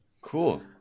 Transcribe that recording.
Cool